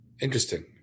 Interesting